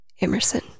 Emerson